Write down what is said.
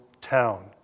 town